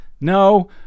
No